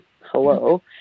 hello